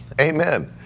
Amen